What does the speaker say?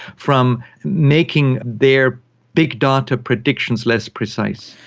from making their big data predictions less precise.